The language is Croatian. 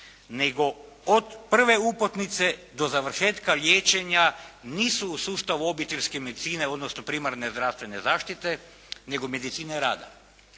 nego od prve uputnice do završetka liječenja nisu u sustavu obiteljske medicine odnosno primarne zdravstvene zaštite nego medicine rada.